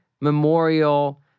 memorial